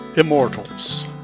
Immortals